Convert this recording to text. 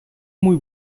muy